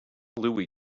louie